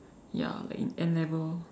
ya like in N-level